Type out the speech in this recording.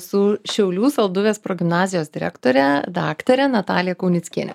su šiaulių salduvės progimnazijos direktore daktare natalija kaunickiene